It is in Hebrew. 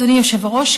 אדוני היושב-ראש,